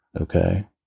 okay